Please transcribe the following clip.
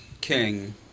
king